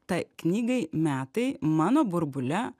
tai knygai metai mano burbule